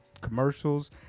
commercials